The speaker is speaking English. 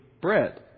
bread